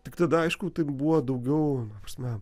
tik tada aišku tai buvo daugiau ta prasme